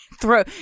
throw